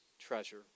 treasure